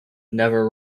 never